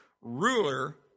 ruler